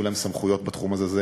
שיהיו להם סמכויות בתחום הזה.